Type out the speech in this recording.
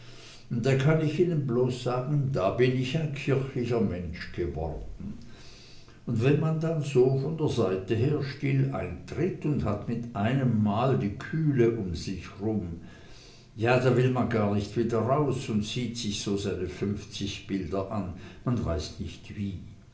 da kann ich ihnen bloß sagen da bin ich ein kirchlicher mensch geworden und wenn man dann so von der seite her still eintritt und hat mit einem male die kühle um sich rum ja da will man gar nicht wieder raus und sieht sich so seine funfzig bilder an man weiß nicht wie